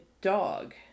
dog